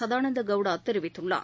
சதானந்தகவுடாதெரிவித்துள்ளார்